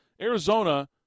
Arizona